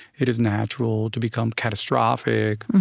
it is natural to become catastrophic.